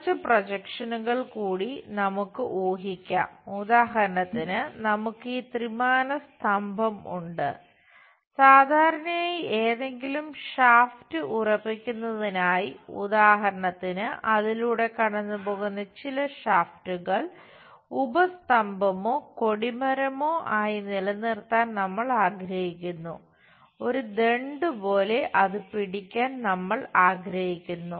കുറച്ച് പ്രൊജക്ഷനുകൾ ഉപസ്തംഭമോ കൊടിമരമോ ആയി നിലനിർത്താൻ നമ്മൾ ആഗ്രഹിക്കുന്നു ഒരു ദണ്ഡ് പോലെ അത് പിടിക്കാൻ നമ്മൾ ആഗ്രഹിക്കുന്നു